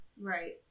Right